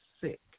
sick